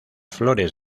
flores